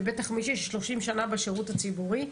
ובטח מישהי שהיא 30 שנה בשירות הציבורי,